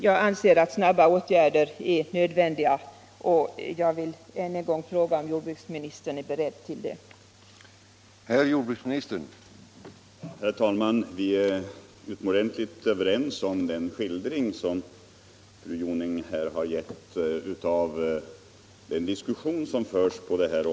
Jag anser att snabba åtgärder är nödvändiga, och jag vill än en gång fråga om jordbruksministern är beredd att vidta sådana.